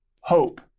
hope